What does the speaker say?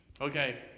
Okay